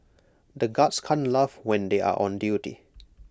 the guards can't laugh when they are on duty